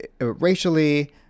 racially